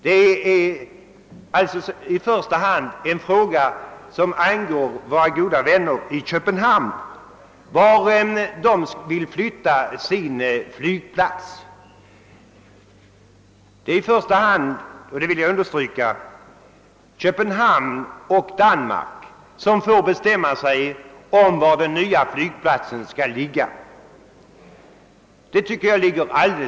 Vart våra vänner i Danmark vill flytta sin flygplats är alltså en fråga som i första hand angår dem. Det ligger i sakens natur att de skall bestämma var den nya flygplatsen skall ligga.